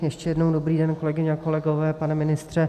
Ještě jednou dobrý den, kolegyně, kolegové, pane ministře.